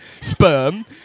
sperm